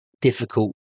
difficult